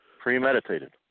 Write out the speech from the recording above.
Premeditated